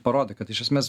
parodė kad iš esmės